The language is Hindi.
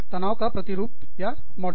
तनाव का प्रतिरूपमॉडल